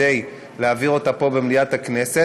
בתוכה נושאים נוספים מעבר לבני-הנוער.